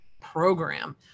program